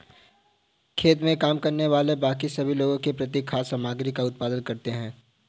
खेत में काम करने वाले बाकी सभी लोगों के लिए खाद्य सामग्री का उत्पादन करते हैं